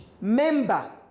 member